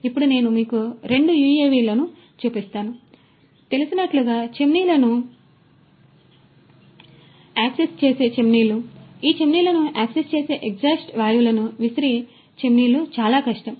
ఇప్పుడు నేను మీకు రెండు UAV లను చూపిస్తాను తెలిసినట్లుగా చిమ్నీలను యాక్సెస్ చేసే చిమ్నీలు ఆ చిమ్నీలను యాక్సెస్ చేసే ఎగ్జాస్ట్ వాయువులను విసిరే చిమ్నీలు చాలా కష్టం